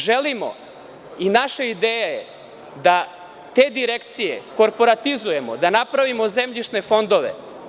Želimo i naša ideja je da te direkcije korporatizujemo, da napravimo zemljišne fondove.